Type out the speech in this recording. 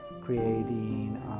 creating